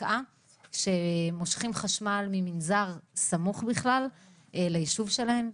בבקעה שמושכים חשמל ממנזר סמוך בכלל ליישוב שלהם,